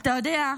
אתה יודע,